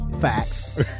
Facts